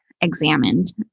examined